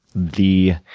the